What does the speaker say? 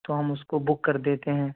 تو ہم اس کو بک کر دیتے ہیں